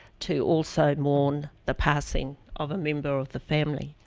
to also mourn the passing of a member of the family.